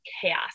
chaos